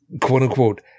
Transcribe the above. quote-unquote